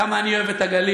כמה אני אוהב את הגליל,